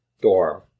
dorm